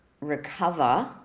recover